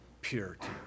purity